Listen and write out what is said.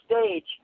stage